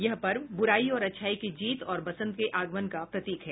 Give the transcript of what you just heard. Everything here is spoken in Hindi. यह पर्व बूराई पर अच्छाई की जीत और बसन्त के आगमन का प्रतीक है